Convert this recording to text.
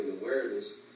awareness